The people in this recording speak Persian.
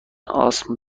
آسم